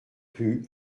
rue